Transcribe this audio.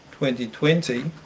2020